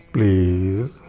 Please